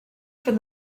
from